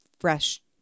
fresh